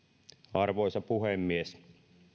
arvoisa puhemies